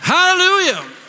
Hallelujah